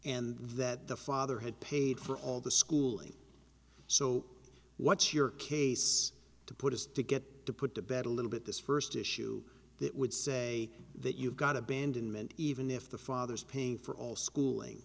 and that the father had paid for all the schooling so what's your case to put has to get to put to bed a little bit this first issue that would say that you've got abandonment even if the father is paying for all schooling